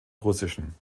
russischen